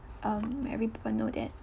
um every people know that